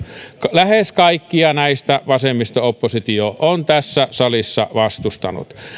lähes kaikkia näistä vasemmisto oppositio on tässä salissa vastustanut